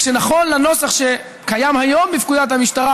רק שנכון לנוסח שקיים היום בפקודת המשטרה,